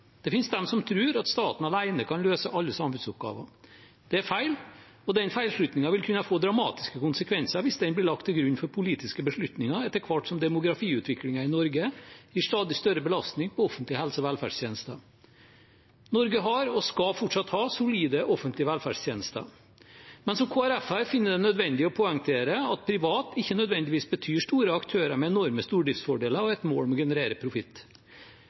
Det finnes de som tror at staten alene kan løse alle samfunnsoppgaver. Det er feil, og den feilslutningen vil kunne få dramatiske konsekvenser hvis den blir lagt til grunn for politiske beslutninger etter hvert som demografiutviklingen i Norge blir en stadig større belastning på offentlige helse- og velferdstjenester. Norge har og skal fortsatt ha solide offentlige velferdstjenester, men som Kristelig Folkeparti-representant finner jeg det nødvendig å poengtere at privat ikke nødvendigvis betyr store aktører med enorme stordriftsfordeler og et mål om å generere profitt.